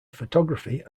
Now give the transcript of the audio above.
photography